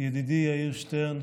ידידי יאיר שטרן